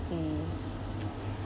mm